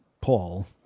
Paul